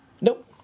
Nope